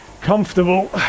comfortable